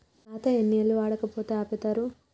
ఖాతా ఎన్ని ఏళ్లు వాడకపోతే ఆపేత్తరు?